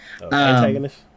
antagonist